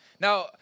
Now